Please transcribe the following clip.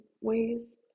ways